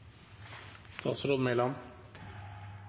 statsråd Mæland